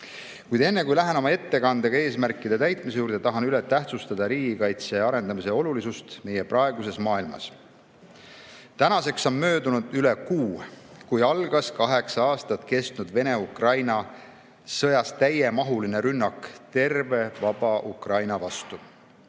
enne, kui lähen oma ettekandega eesmärkide täitmise juurde, tahan üle rõhutada riigikaitse arendamise olulisust meie praeguses maailmas. Tänaseks on möödunud üle kuu sellest, kui kaheksa aastat kestnud Vene-Ukraina sõjas algas täiemahuline rünnak terve vaba Ukraina vastu.